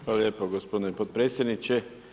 Hvala lijepo gospodine potpredsjedniče.